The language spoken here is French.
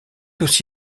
aussi